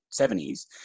70s